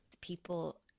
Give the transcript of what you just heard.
people